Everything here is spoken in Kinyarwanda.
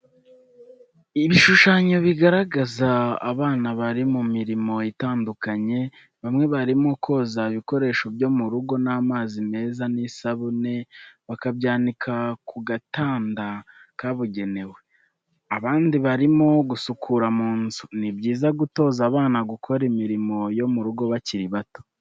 Ibishushanyo bigaragaza abana bari mu mirimo itandukanye bamwe barimo koza ibikoresho byo mu rugo n'amazi meza n'isabune bakabyanika ku gatanda kabugenewe, abandi barimo gusukura mu nzu. Ni byiza gutoza abana gukora imirimo yo mu rugo bakiri bato.